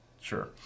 Sure